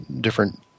different